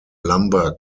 lumber